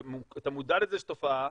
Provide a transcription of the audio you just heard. אתה מודע לזה שזו תופעה,